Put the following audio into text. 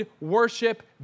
worship